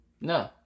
No